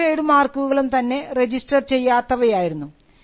എല്ലാ ട്രേഡ് മാർക്കുകളും തന്നെ രജിസ്റ്റർ ചെയ്യാത്തവയായിരുന്നു